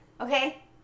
Okay